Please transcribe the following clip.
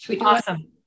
Awesome